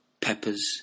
Peppers